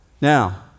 Now